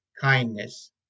Kindness